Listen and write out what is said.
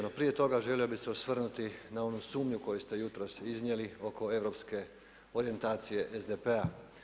No prije toga želio bih se osvrnuti na onu sumnju koju ste jutros iznijeli oko europske orijentacije SDP-a.